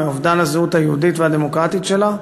מאובדן הזהות היהודית והדמוקרטית שלה,